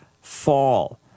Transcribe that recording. fall